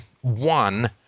one –